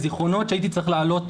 הזיכרונות שהייתי צריך להעלות